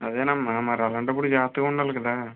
అదేనమ్మా మరి అలాంటప్పుడు జాగ్రత్తగా ఉండాలి కదా